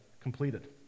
completed